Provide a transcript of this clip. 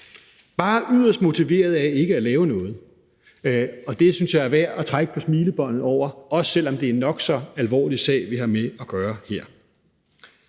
bare yderst motiveret af ikke at lave noget. Og det synes jeg er værd at trække på smilebåndet over, også selv om det er en nok så alvorlig sag, vi har med at gøre her.